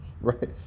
Right